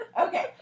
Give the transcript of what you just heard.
Okay